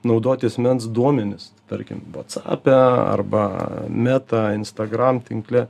naudoti asmens duomenis tarkim vacape arba meta instagram tinkle